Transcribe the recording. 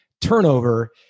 turnover